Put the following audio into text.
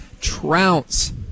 trounce